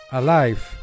alive